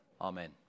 Amen